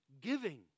Giving